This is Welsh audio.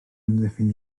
amddiffyn